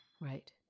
right